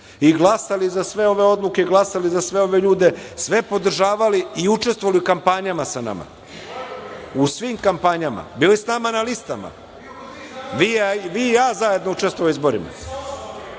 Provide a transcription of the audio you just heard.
i glasali za sve ove odluke, glasali za sve ove ljude, sve podržavali i učestvovali u kampanjama sa nama. U svim kampanjama i bili sa nama na listama. Vi i ja zajedno učestvovali na izborima.